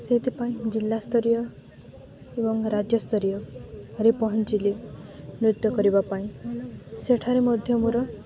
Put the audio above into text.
ସେଇଥିପାଇଁ ଜିଲ୍ଲା ସ୍ତରୀୟ ଏବଂ ରାଜ୍ୟସ୍ତରୀୟରେ ପହଞ୍ଚିଲି ନୃତ୍ୟ କରିବା ପାଇଁ ସେଠାରେ ମଧ୍ୟ ମୋର